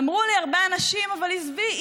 אמרו לי הרבה אנשים: אבל עזבי,